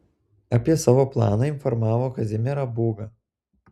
apie savo planą informavo kazimierą būgą